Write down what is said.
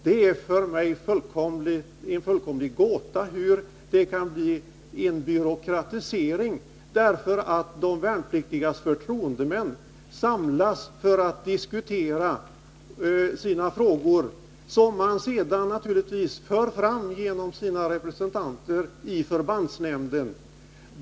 Det är för mig en gåta hur man kan säga att det blir en byråkratisering, därför att de värnpliktigas förtroendemän samlas för att diskutera sina frågor, som de naturligtvis sedan för fram genom sina representanter i förbandsnämnden.